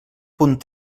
punt